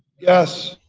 yes.